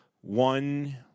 One